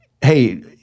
Hey